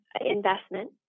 investment